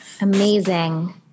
Amazing